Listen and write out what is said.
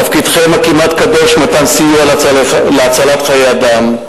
תפקידכם הכמעט קדוש, מתן סיוע להצלת חיי אדם,